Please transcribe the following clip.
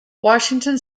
washington